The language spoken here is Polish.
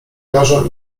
każą